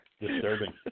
Disturbing